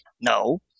no